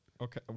Okay